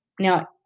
now